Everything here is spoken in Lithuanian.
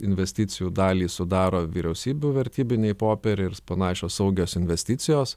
investicijų dalį sudaro vyriausybių vertybiniai popieriai ir panašios saugios investicijos